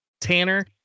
Tanner